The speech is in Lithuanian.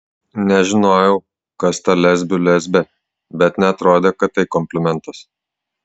nežinojau kas ta lesbių lesbė bet neatrodė kad tai komplimentas